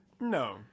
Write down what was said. no